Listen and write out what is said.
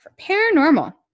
paranormal